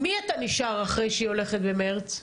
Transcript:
עם מי אתה נשאר אחרי שהיא הולכת במרס?